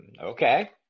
Okay